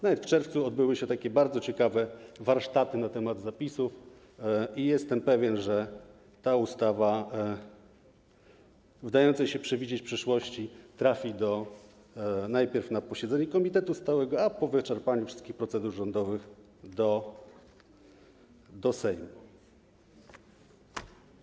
Nawet w czerwcu odbyły się bardzo ciekawe warsztaty na temat zapisów i jestem pewien, że ta ustawa w dającej się przewidzieć przyszłości trafi najpierw na posiedzenie komitetu stałego, a po wyczerpaniu wszystkich procedur rządowych - do Sejmu.